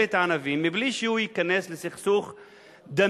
את הענבים מבלי שהוא ייכנס לסכסוך דמים,